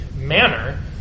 manner